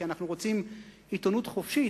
כי אנחנו רוצים עיתונות חופשית.